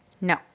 no